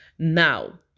Now